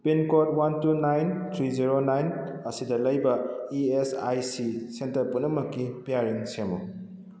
pincode one two nine three zero nine ꯑꯁꯤꯗ ꯂꯩꯕ E S I C centre ꯄꯨꯝꯅꯃꯛꯀꯤ ꯄꯤꯌꯥꯔꯤꯡ ꯁꯦꯝꯃꯨ